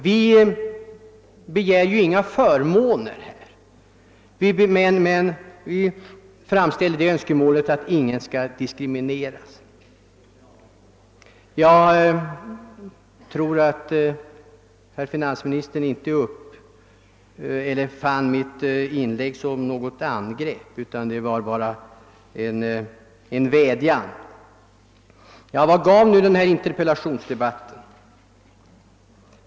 Vi begär inga förmåner, vi framför endast önskemålet att ingen skall diskrimineras. Jag hoppas herr finansministern inte fann mitt inlägg vara något angrepp utan endast en vädjan. Men vad har då denna interpellationsdebatt givit?